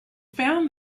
found